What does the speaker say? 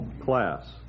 class